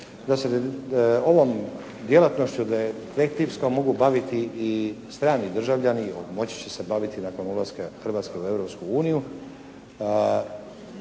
da se ovom djelatnošću detektivskom mogu baviti i strani državljani, moći će se baviti nakon ulaska Hrvatske u